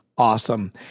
Awesome